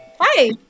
Hi